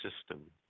system